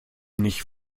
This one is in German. nicht